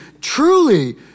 Truly